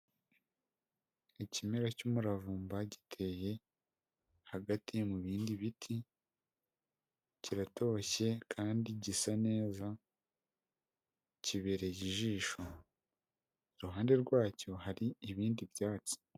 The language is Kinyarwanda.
Ikimera cy'umuravumba giteye hagati mu bindi biti kiratoshye kandi gisa neza kibereye ijisho iruhande rwacyo hari ibindi byatsi.